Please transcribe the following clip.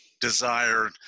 desire